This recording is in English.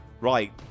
Right